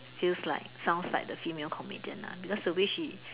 feels like sounds like the female comedian lah because the way she